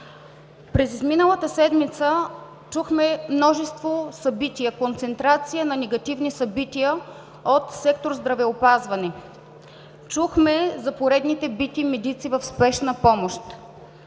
През изминалата седмица чухме за множество събития – концентрация на негативни събития от сектор „Здравеопазване“. Чухме за поредните бити медици в „Спешна помощ“.